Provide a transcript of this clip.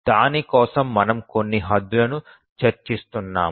దాని కోసం మనము కొన్ని హద్దులను చర్చిస్తున్నాము